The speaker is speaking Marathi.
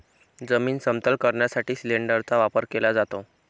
जमीन समतल करण्यासाठी सिलिंडरचा वापर केला जातो